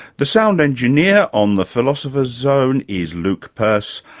the sound engineer on the philosopher's zone is luke purse.